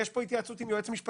יש התייעצות עם היועץ המשפטי,